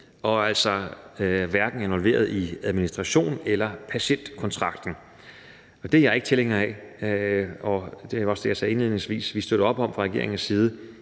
og altså hverken er involveret i administration eller patientkontakt. Det er jeg ikke tilhænger af, og det var også det, jeg sagde indledningsvis. Vi støtter fra regeringens side